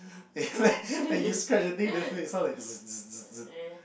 when you scrub the thing the thing sounds like